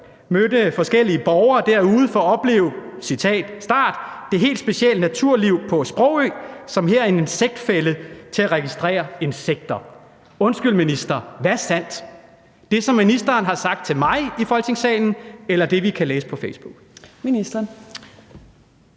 mødte forskellige borgere derude, og jeg citerer: for at opleve det helt specielle naturliv på Sprogø, som her en insektfælde til at registrere insekter. Undskyld, minister: Hvad er sandt – det, som ministeren har sagt til mig i Folketingssalen, eller det, vi kan læse på Facebook? Kl.